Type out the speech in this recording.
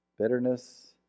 Bitterness